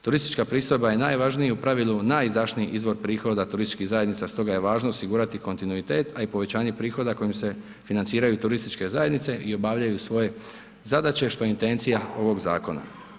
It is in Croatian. Turistička pristojba je najvažniji u pravilu najizdašniji izvor prihoda turističkih zajednica stoga je važno osigurati kontinuitet, a i povećanje prihoda kojim se financiraju turističke zajednice i obavljaju svoje zadaće što je intencija ovog zakona.